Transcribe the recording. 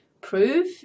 prove